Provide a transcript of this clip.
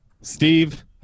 Steve